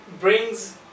brings